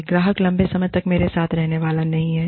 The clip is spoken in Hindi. यह ग्राहक लंबे समय तक मेरे साथ रहने वाला नहीं है